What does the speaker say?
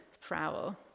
prowl